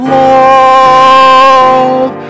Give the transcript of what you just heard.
love